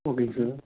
ஓகேங்க சார்